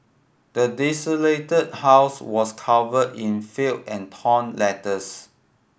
the desolated house was covered in filth and torn letters